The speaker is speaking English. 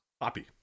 Poppy